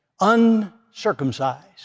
uncircumcised